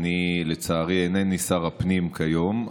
לצערי אינני שר הפנים כיום,